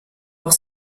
auch